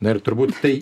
na ir turbūt tai